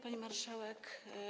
Pani Marszałek!